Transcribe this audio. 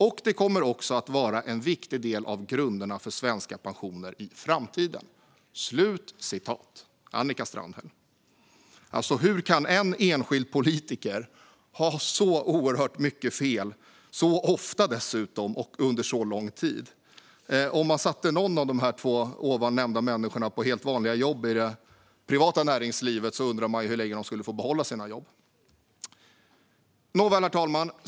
och det kommer också att vara en viktig del av grunderna för svenska pensioner i framtiden". Hur kan en enskild politiker ha så oerhört mycket fel, så ofta dessutom och under så lång tid? Om man satte någon av de två människor jag nyss har nämnt på helt vanliga jobb i det privata näringslivet undrar man hur länge de skulle få behålla sina jobb. Herr talman!